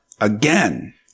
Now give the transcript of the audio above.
again-